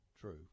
True